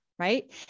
right